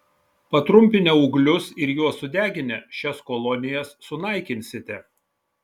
patrumpinę ūglius ir juos sudeginę šias kolonijas sunaikinsite